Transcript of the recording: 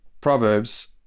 Proverbs